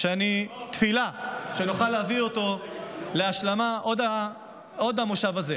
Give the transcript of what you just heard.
ואני תפילה שנוכל להביא אותו להשלמה עוד במושב הזה.